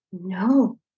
No